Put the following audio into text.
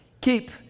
Keep